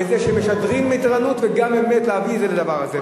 בזה שמשדרים מתירנות וגם באמת להביא את זה לדבר הזה.